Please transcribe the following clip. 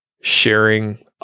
sharing